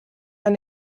ein